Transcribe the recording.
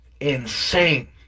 insane